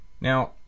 now